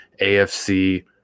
AFC